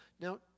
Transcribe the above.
Now